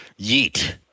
Yeet